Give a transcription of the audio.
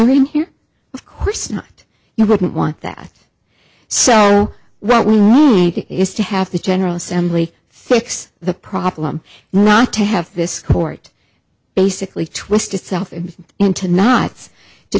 i mean here of course not you wouldn't want that so well is to have the general assembly fix the problem not to have this court basically twist itself into knots to